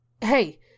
Hey